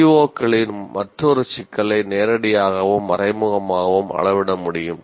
CO களின் மற்றொரு சிக்கலை நேரடியாகவும் மறைமுகமாகவும் அளவிட முடியும்